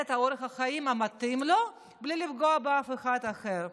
את אורח החיים המתאים לו בלי לפגוע באף אחד אחר.